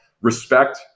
respect